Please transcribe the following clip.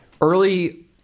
early